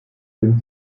sind